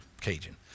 Cajun